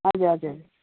हजुर हजुर